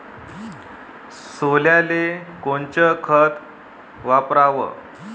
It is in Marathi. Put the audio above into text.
सोल्याले कोनचं खत वापराव?